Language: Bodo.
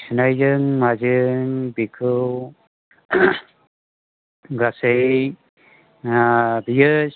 सुनायजों माजों बेखौ गासै बेयो